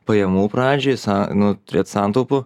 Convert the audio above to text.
pajamų pradžiai sa nu turėt santaupų